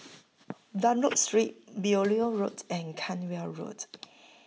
Dunlop Street Beaulieu Road and Cranwell Road